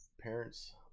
parents